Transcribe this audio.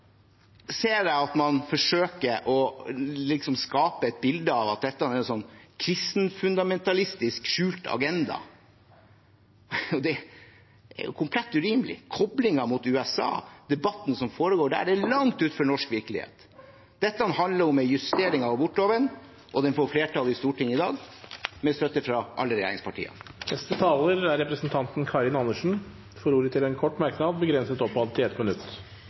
ser at man forsøker å skape et bilde av at dette er en kristenfundamentalistisk skjult agenda. Det er komplett urimelig. Koblingen mot USA og debatten som foregår der, er langt utenfor norsk virkelighet. Dette handler om en justering av abortloven, og den får flertall i Stortinget i dag med støtte fra alle regjeringspartiene. Karin Andersen har hatt ordet to ganger tidligere i debatten og får ordet til en kort merknad, begrenset til 1 minutt.